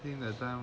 宁可当